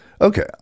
Okay